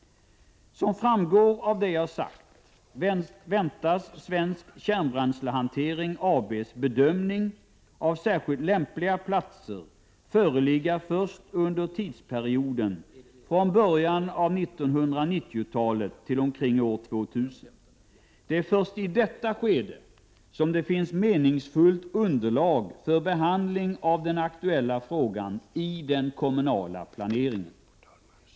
Som framgår av det jag sagt väntas Svensk Kärnbränslehantering AB:s bedömning av särskilt lämpliga platser föreligga först under tidsperioden från början av 1990-talet till omkring år 2000. Det är först i detta skede som det finns meningsfullt underlag för behandling av den aktuella frågan i den kommunala planeringen.